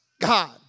God